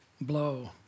blow